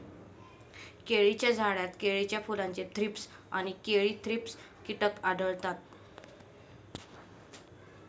केळीच्या झाडात केळीच्या फुलाचे थ्रीप्स आणि केळी थ्रिप्स कीटक आढळतात